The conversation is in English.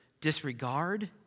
disregard